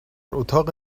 اتاق